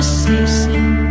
ceasing